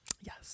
Yes